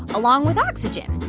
along with oxygen.